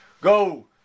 go